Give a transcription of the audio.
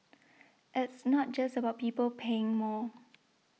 it's not just about people paying more